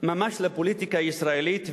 ממש לפוליטיקה הישראלית,